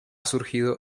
surgido